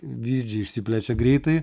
vyzdžiai išsiplečia greitai